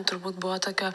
turbūt buvo tokio